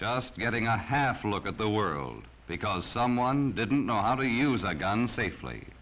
just getting a half a look at the world because someone didn't know how to use a gun safely